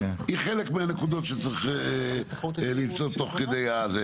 היא חלק מהנקודות שצריך למצוא תוך כדי.